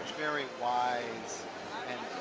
very wise and